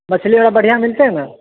मछली ओहिमे बढ़िऑं मिलतै ने